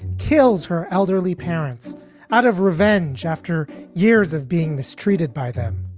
kills her elderly parents out of revenge after years of being mistreated by them.